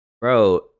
bro